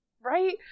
right